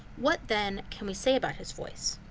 what then can we say about his voice?